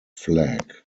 flag